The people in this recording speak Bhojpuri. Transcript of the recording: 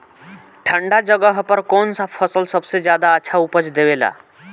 ठंढा जगह पर कौन सा फसल सबसे ज्यादा अच्छा उपज देवेला?